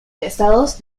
pesados